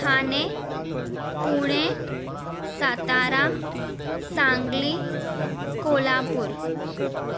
Thane Pune Satara Sangli Kolhapur